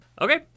Okay